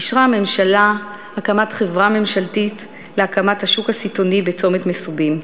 אישרה הממשלה הקמת חברה ממשלתית להקמת השוק הסיטונאי בצומת מסובים.